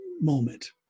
moment